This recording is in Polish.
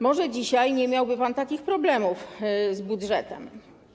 Może dzisiaj nie miałby pan takich problemów z budżetem.